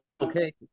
Okay